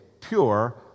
pure